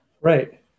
Right